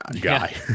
guy